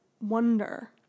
wonder